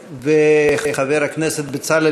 וחבר הכנסת בצלאל